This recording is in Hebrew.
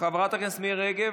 חברת הכנסת מירי רגב,